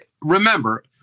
remember